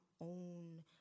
own